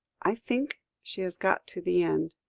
i think she has got to the end.